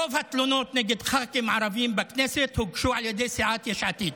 רוב התלונות נגד ח"כים ערבים בכנסת הוגשו על ידי סיעת יש עתיד.